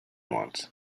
wants